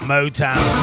Motown